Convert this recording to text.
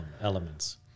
elements